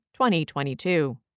2022